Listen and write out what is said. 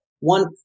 one